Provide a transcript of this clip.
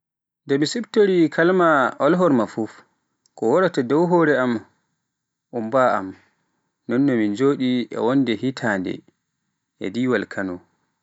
Nde mi siftori kalima alhorma fuf, ko waraata dow hoore am baa am, nonno min joɗi e wonde hitande e diwal Kano.